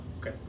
Okay